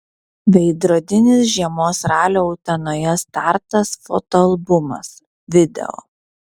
veidrodinis žiemos ralio utenoje startas fotoalbumas video